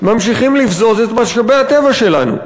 ממשיכים לבזוז את משאבי הטבע שלנו,